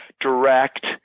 direct